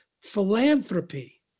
philanthropy